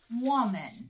Woman